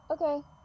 Okay